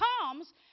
comes